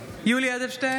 (קוראת בשמות חברי הכנסת) יולי יואל אדלשטיין,